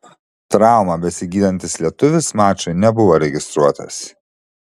traumą besigydantis lietuvis mačui nebuvo registruotas